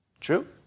True